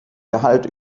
gehalt